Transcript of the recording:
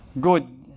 good